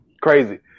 crazy